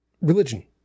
religion